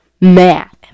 Math